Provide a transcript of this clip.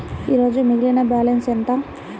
ఈరోజు మిగిలిన బ్యాలెన్స్ ఎంత?